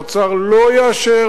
האוצר לא יאשר,